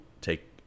take